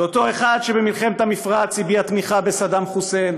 זה אותו אחד שבמלחמת המפרץ הביע תמיכה בסדאם חוסיין